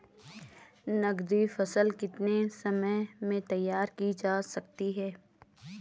नगदी फसल कितने समय में तैयार की जा सकती है?